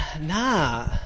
nah